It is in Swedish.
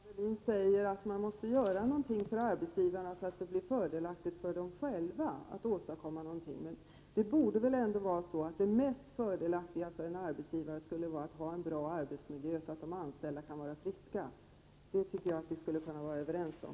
Herr talman! Kjell-Arne Welin säger att man måste göra någonting för arbetsgivarna så att det blir fördelaktigt för dem själva att åstadkomma en förbättring. Men det mest fördelaktiga för en arbetsgivare borde väl ändå vara att ha en bra arbetsmiljö så att de anställda kan vara friska. Det tycker jag att vi skulle kunna var överens om.